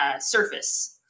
surface